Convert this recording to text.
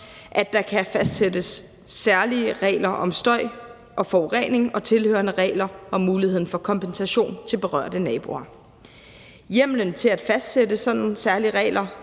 at der kan fastsættes særlige regler om støj og forurening og tilhørende regler om muligheden for kompensation til berørte naboer. Hjemmelen til at fastsætte sådanne særlige regler